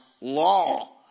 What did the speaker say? law